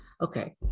Okay